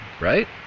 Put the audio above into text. right